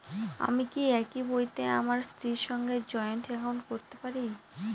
আমি কি একই বইতে আমার স্ত্রীর সঙ্গে জয়েন্ট একাউন্ট করতে পারি?